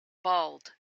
bald